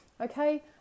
Okay